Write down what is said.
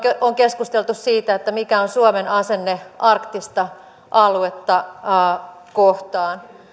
on keskusteltu siitä mikä on suomen asenne arktista aluetta kohtaan